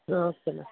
okay ma'am